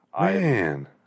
Man